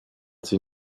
sie